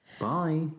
bye